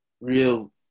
real